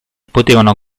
potevano